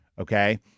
Okay